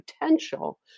potential